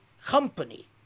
company